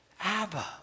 Abba